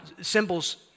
symbols